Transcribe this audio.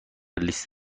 لیست